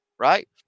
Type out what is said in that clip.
Right